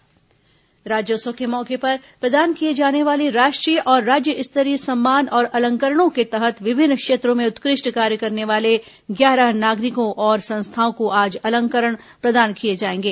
राज्योत्सव अलंकरण राज्योत्सव के मौके पर प्रदान किए जाने वाले राष्ट्रीय और राज्य स्तरीय सम्मान और अलंकरणों के तहत विभिन्न क्षेत्रों में उत्कृष्ट कार्य करने वाले ग्यारह नागरिकों और संस्थाओं को आज अलंकरण प्रदान किए जाएंगे